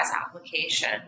application